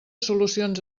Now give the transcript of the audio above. solucions